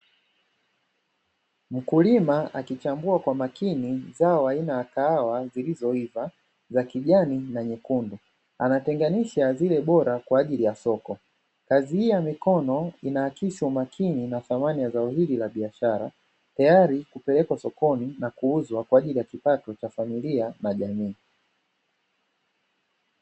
Mkulima akichambua kwa makini zao aina ya kahawa zilizoiva za kijani na nyekundu anatenganisha zile bora kwa ajili ya soko, kazi hii ya mikono inaakisi umakini na thamani ya zao hili la biashara, tayari kupelekwa sokoni na kuuzwa kwa ajili ya kipato cha familia na jamii.